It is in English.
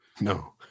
No